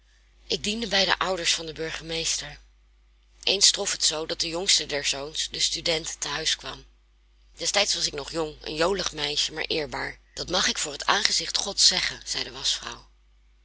ik diende bij de ouders van den burgemeester eens trof het zoo dat de jongste der zoons de student te huis kwam destijds was ik nog jong een jolig meisje maar eerbaar dat mag ik voor het aangezicht gods zeggen zei de